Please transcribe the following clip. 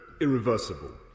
irreversible